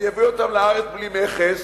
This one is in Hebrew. אני אביא אותם לארץ בלי מכס